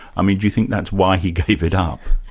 i mean do you think that's why he gave it up?